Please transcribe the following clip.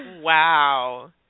Wow